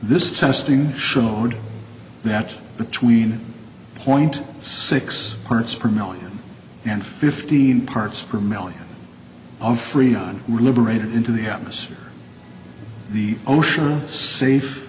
this testing showed that between point six parts per million and fifteen parts per million of freon related into the atmosphere the ocean safe